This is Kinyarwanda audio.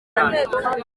amerika